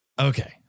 Okay